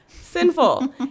Sinful